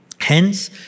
Hence